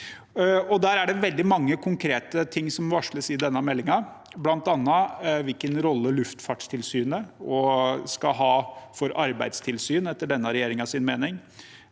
Det er veldig mange konkrete ting som varsles i denne meldingen, bl.a. hvilken rolle Luftfartstilsynet skal ha for arbeidstilsyn, etter denne regjeringens mening.